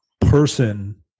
person